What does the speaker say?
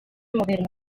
moderna